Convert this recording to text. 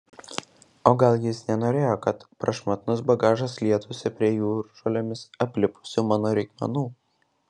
o gal jis nenorėjo kad prašmatnus bagažas liestųsi prie jūržolėmis aplipusių mano reikmenų